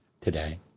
today